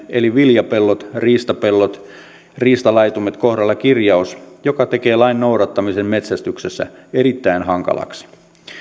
eli viljapellot riistapellot riistalaitumet kohdalla kirjaus joka tekee lain noudattamisen metsästyksessä erittäin hankalaksi